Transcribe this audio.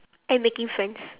and making friends